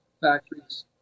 factories